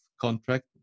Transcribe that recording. contract